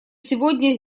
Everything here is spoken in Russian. сегодня